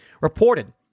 reported